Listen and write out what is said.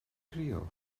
crio